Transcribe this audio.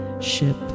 ship